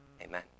Amen